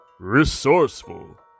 Resourceful